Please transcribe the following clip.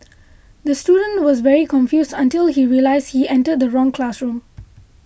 the student was very confused until he realised he entered the wrong classroom